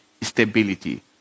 stability